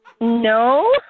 No